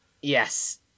yes